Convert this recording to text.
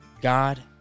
God